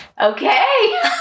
Okay